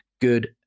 good